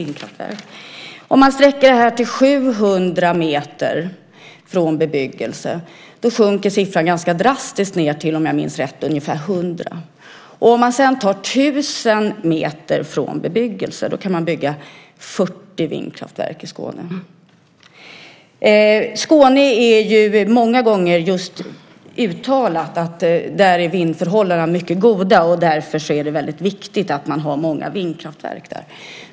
Om man i stället placerar dem 700 meter från bebyggelse sjunker siffran ganska drastiskt ned till ungefär 100, om jag minns rätt. Om man sedan placerar dem 1 000 meter från bebyggelse kan man bygga 40 vindkraftverk i Skåne. Det är många gånger uttalat att vindförhållandena i Skåne är mycket goda, och därför är det väldigt viktigt att man har många vindkraftverk där.